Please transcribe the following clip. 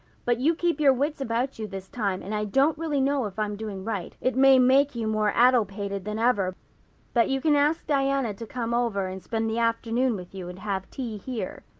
but you keep your wits about you this time. and i don't really know if i'm doing right it may make you more addlepated than ever but you can ask diana to come over and spend the afternoon with you and have tea here.